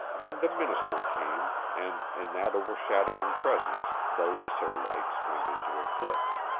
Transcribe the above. then the minister came, and in that overshadowing presence the lesser lights went into eclipse.